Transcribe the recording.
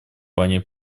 плане